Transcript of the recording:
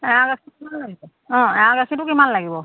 কিমান লাগিব